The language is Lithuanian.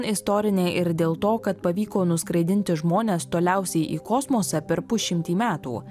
istorinė ir dėl to kad pavyko nuskraidinti žmones toliausiai į kosmosą per pusšimtį metų